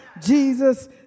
Jesus